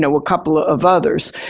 a couple of others.